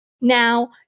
Now